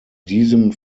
diesem